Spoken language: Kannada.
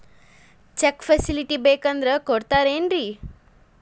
ಚೆಕ್ ಫೆಸಿಲಿಟಿ ಬೇಕಂದ್ರ ಕೊಡ್ತಾರೇನ್ರಿ?